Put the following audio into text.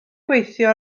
gweithio